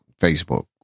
Facebook